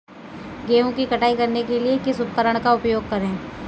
गेहूँ की कटाई करने के लिए किस उपकरण का उपयोग करें?